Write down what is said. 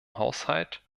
haushalt